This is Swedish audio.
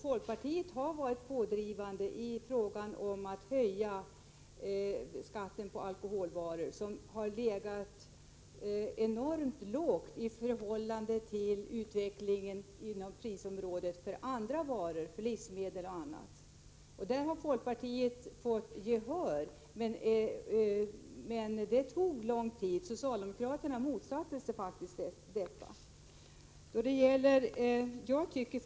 Folkpartiet har varit pådrivande i fråga om att höja skatten på alkoholvaror, vilken har legat enormt lågt i förhållande till utvecklingen av priserna för andra varor, t.ex. livsmedel. Folkpartiet har fått gehör för sin linje, men det tog lång tid, bl.a. därför att den faktiskt motarbetades av socialdemokraterna.